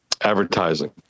Advertising